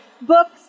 books